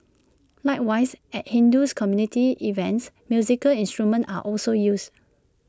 likewise at Hindu community events musical instruments are also used